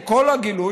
עם כל הגילוי,